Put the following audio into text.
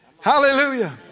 Hallelujah